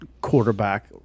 quarterback